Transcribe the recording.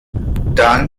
dann